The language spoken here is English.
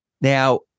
Now